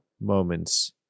moments